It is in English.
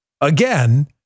Again